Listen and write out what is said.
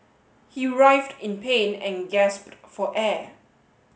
he writhed in pain and gasped for air